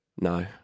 No